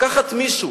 לקחת מישהו